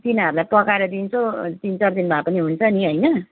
तिनीहरूलाई पकाएर दिन्छु तिन चार दिन भए पनि हुन्छ नि होइन